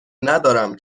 ندارم